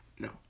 No